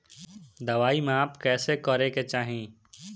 दवाई माप कैसे करेके चाही?